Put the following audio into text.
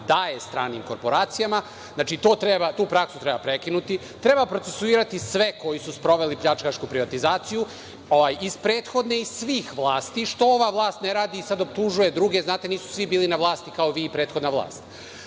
daje stranim korporacijama. Znači, tu praksu treba prekinuti. Treba procesuirati sve koji su sproveli pljačkašku privatizaciju iz prethodne, iz svih vlasti, što ova vlast ne radi, sada optužuje druge. Znate, nisu svi bili na vlasti, kao vi i prethodna vlast.